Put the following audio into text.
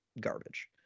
garbage